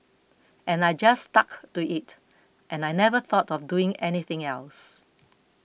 and I just stuck to it and I never thought of doing anything else